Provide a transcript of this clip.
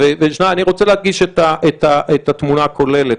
ואני רוצה להדגיש את התמונה הכוללת.